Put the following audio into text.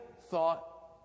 thought